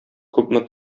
күпме